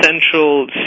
central